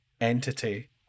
entity